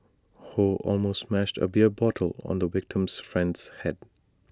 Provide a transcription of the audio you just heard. ho almost smashed A beer bottle on the victim's friend's Head